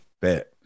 Bet